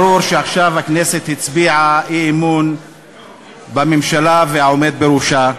ברור שעכשיו הכנסת הצביעה אי-אמון בממשלה ובעומד בראשה.